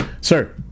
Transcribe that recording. sir